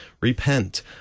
repent